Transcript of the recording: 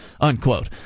unquote